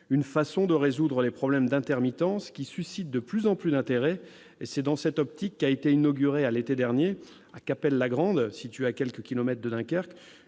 une façon de résoudre les problèmes d'intermittence qui suscitent de plus en plus d'intérêt. C'est dans cette perspective qu'a été inaugurée, à l'été dernier, à Cappelle-la-Grande, située à quelques kilomètres de Dunkerque,